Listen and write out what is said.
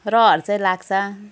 रहर चाहिँ लाग्छ